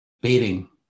beating